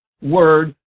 word